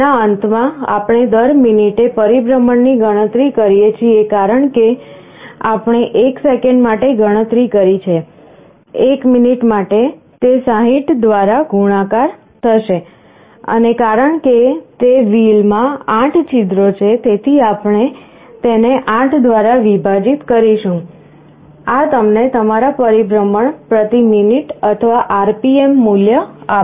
તેના અંતમાં આપણે દર મિનિટે પરિભ્રમણ ની ગણતરી કરીએ છીએ કારણ કે આપણે 1 સેકંડ માટે ગણતરી કરી છે 1 મિનિટ માટે તે 60 દ્વારા ગુણાકાર થશે અને કારણ કે તે wheel માં 8 છિદ્રો છે તેથી આપણે તેને 8 દ્વારા વિભાજીત કરીશું આ તમને તમારા પરિભ્રમણ પ્રતિ મિનિટ અથવા RPM મૂલ્ય આપશે